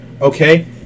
okay